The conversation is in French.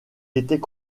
était